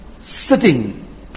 sitting